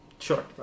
Sure